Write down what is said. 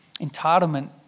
Entitlement